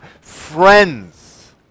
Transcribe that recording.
friends